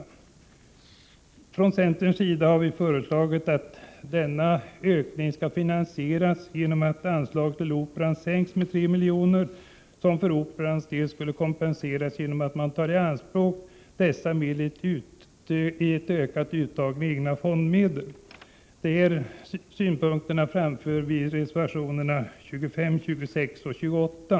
Vi från centern har föreslagit att en sådan här ökning finansieras genom att anslaget till Operan sänks med 3 miljoner. Operan skulle kompenseras genom ett ökat uttag av egna fonderade medel. De här synpunkterna framför vi i reservationerna 25, 26 och 28.